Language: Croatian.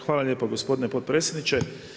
Hvala lijepo gospodine potpredsjedniče.